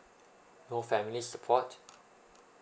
no family support